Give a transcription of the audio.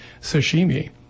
sashimi